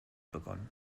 begonnen